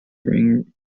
ring